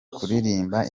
kuririmba